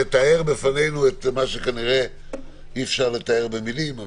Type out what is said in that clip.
תאר בפנינו את מה שכנראה אי אפשר לתאר במילים.